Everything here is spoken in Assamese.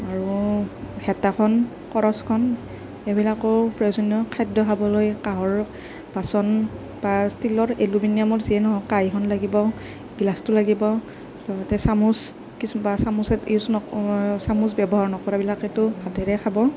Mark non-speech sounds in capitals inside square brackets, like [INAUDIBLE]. আৰু হেতাখন কৰচখন এইবিলাকৰো প্ৰয়োজনীয় খাদ্য় খাবলৈ কাঁহৰ বাচন বা ষ্টিলৰ এলুমিনিয়ামৰ যিয়েই নহওক কাঁহীখন লাগিব গিলাচটো লাগিব লগতে চামুচ [UNINTELLIGIBLE] চামুচ ব্য়ৱহাৰ নকৰাবিলাকেতো হাতেৰে খাব